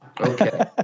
Okay